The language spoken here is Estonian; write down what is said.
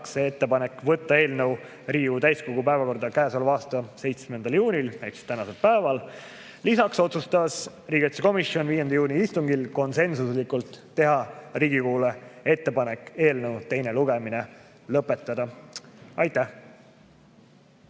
ettepanek võtta eelnõu Riigikogu täiskogu päevakorda käesoleva aasta 7. juunil ehk tänasel päeval. Lisaks otsustas riigikaitsekomisjon 5. juuni istungil konsensuslikult, et tehakse Riigikogule ettepanek eelnõu teine lugemine lõpetada. Aitäh!